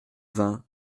vingt